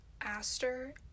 Aster